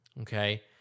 okay